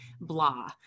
blah